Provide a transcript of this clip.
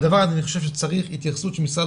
לדבר הזה אני חושב שצריך התייחסות של משרד